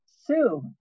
Sue